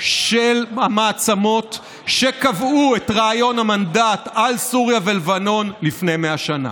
של המעצמות שקבעו את רעיון המנדט על סוריה ולבנון לפני 100 שנה.